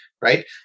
right